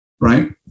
right